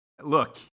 Look